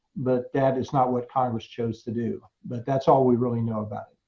but that is not what congress chose to do. but that's all we really know about it.